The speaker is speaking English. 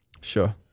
sure